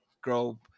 grow